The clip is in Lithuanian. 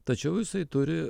tačiau jisai turi